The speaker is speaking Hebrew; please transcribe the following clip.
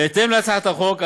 בהתאם להצעת החוק,